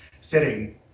sitting